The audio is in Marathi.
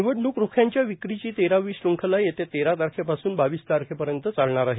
निवडणूक रोख्यांच्या विक्रीची तेरावी शंखला येत्या तेरा तारखेपासून बावीस तारखेपर्यंत चालणार आहे